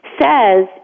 says